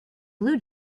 blue